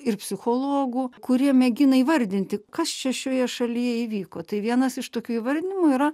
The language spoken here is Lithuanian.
ir psichologų kurie mėgina įvardinti kas čia šioje šalyje įvyko tai vienas iš tokių įvardijimų yra